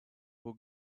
who